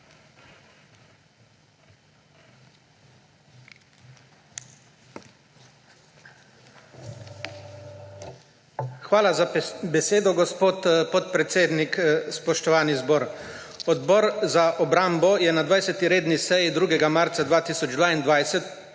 Hvala za besedo, gospod podpredsednik. Spoštovani zbor! Odbor za obrambo je na 20. redni seji 2. marca 2022